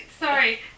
Sorry